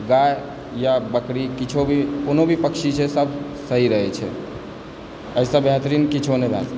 गाय या बकरी किछु भी कोनो भी पक्षी छै सब सही रहै छै एहिसँ बेहतरीन किछु नहि भए सकै छै